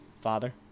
Father